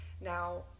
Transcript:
now